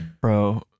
Bro